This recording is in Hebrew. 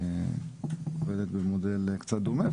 שעובדת במודל קצת דומה,